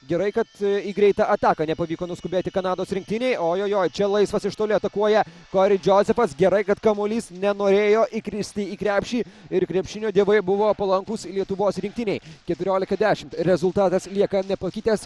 gerai kad į greitą ataką nepavyko nuskubėti kanados rinktinei ojojoi čia laisvas iš toli atakuoja kroi džozefas gerai kad kamuolys nenorėjo įkristi į krepšį ir krepšinio dievai buvo palankūs lietuvos rinktinei keturiolika dešimt rezultatas lieka nepakitęs